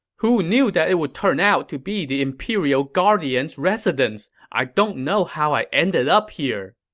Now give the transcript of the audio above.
who knew that it would turn out to be the imperial guardian's residence? i don't know how i ended up here.